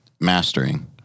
mastering